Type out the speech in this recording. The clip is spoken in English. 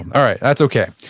all right, that's okay.